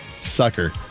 sucker